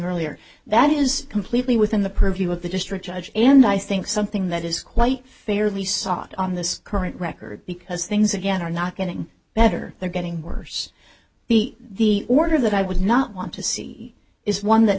earlier that is completely within the purview of the district judge and i think something that is quite fairly soft on this current record because things again are not getting better they're getting worse the the order that i would not want to see is one that